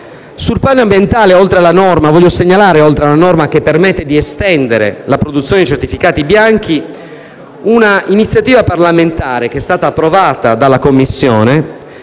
Sul piano ambientale voglio segnalare, oltre alla norma che permette di estendere la produzione di certificati bianchi, una norma di iniziativa parlamentare approvata dalla Commissione,